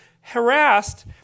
harassed